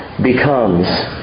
becomes